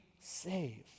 saved